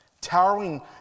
towering